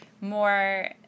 more